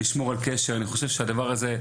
לראות שהכול בסדר.